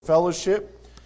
fellowship